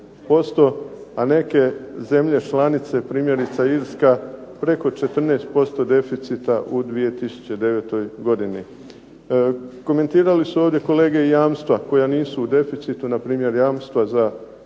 a neke zemlje članice, primjerice Irska, preko 14% deficita u 2009. godini. Komentirali su ovdje kolege i jamstva koja nisu u deficitu, npr. jamstva za brodogradnju.